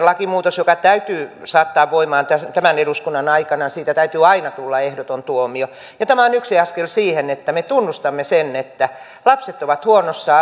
lakimuutos joka täytyy saattaa voimaan tämän eduskunnan aikana siitä täytyy aina tulla ehdoton tuomio ja tämä on yksi askel siihen että me tunnustamme sen että lapset ovat huonossa